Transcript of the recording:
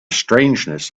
strangeness